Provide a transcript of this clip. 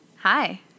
Hi